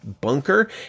bunker